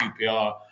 QPR